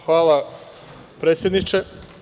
Hvala, predsedniče.